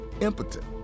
impotent